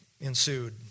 ensued